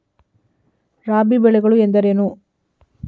ರಾಬಿ ಬೆಳೆಗಳು ಎಂದರೇನು?